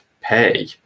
pay